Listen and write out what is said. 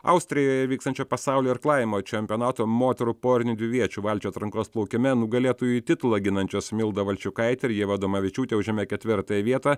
austrijoje vykstančio pasaulio irklavimo čempionato moterų porinių dviviečių valčių atrankos plaukime nugalėtojų titulą ginančios milda valčiukaitė ir ieva adomavičiūtė užėmė ketvirtąją vietą